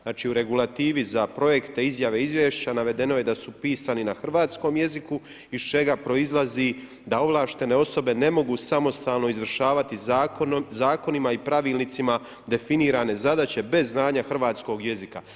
Znači u regulativi za projekte, izjave, izvješća navedeno je da su pisani na hrvatskom jeziku iz čega proizlazi da ovlaštene osobe ne mogu samostalno izvršavati zakonima i pravilnicima definirane zadaće bez znanja hrvatskog jezika.